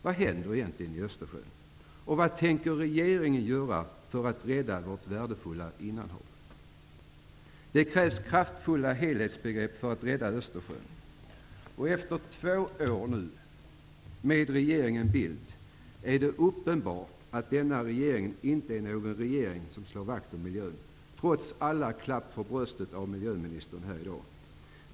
Vad händer egentligen i Det krävs ett kraftfullt helhetsgrepp för att rädda Östersjön. Efter två år med regeringen Bildt är det uppenbart att denna regering inte är en regering som slår vakt om miljön, trots allt klappande för bröstet från miljöministerns sida här i dag.